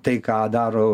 tai ką daro